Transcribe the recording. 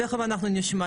תיכף אנחנו נשמע,